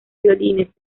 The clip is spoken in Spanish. violines